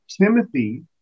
Timothy